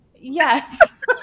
Yes